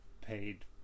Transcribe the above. paid